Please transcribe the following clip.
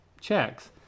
checks